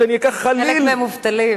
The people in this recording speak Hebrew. אני אקח חליל, חלק מהם מובטלים.